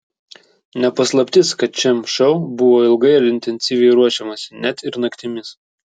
ne paslaptis kad šiam šou buvo ilgai ir intensyviai ruošiamasi net ir naktimis